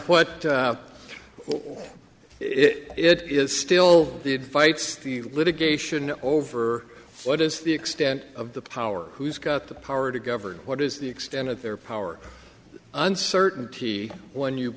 what it is still good fights the litigation over what is the extent of the power who's got the power to govern what is the extent of their power uncertainty when you